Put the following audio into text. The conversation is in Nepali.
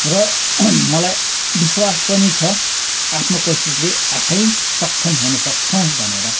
र मलाई विश्वास पनि छ आफ्नो कोसिसले आफै सक्षम हुन सक्छौँ भनेर